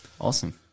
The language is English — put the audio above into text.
awesome